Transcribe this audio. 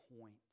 point